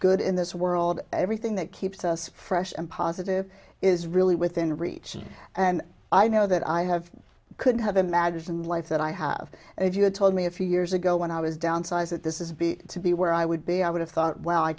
good in this world everything that keeps us fresh and positive is really within reach and i know that i have couldn't have imagined life that i have if you had told me a few years ago when i was downsized that this is be to be where i would be i would have thought w